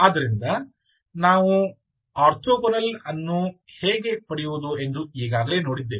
ಆದ್ದರಿಂದ ನಾವು ಆರ್ಥೋಗೋನಲ್ ಅನ್ನು ಹೇಗೆ ಪಡೆಯುವುದು ಎಂದು ಈಗಾಗಲೇ ನೋಡಿದ್ದೇವೆ